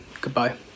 Goodbye